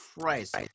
Christ